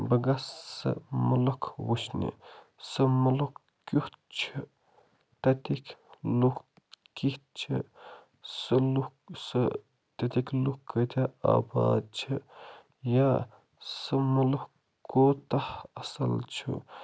بہٕ گَژھہٕ سُہ ملکُ وُچھنہِ سُہ مُلک کُیتھ چھُ تَتیکۍ لُکھ کِتھ چھِ سُہ لُکھ سُہ تَتیکۍ لُکھ کۭتیاہ آباد چھِ یا سُہ مُلک کوٗتاہ اَصٕل چھُ